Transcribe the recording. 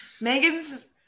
Megan's